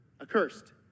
accursed